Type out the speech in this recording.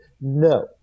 No